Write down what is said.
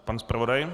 Pan zpravodaj.